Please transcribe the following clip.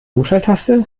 umschalttaste